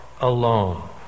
alone